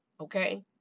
okay